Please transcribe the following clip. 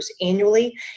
annually